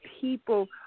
people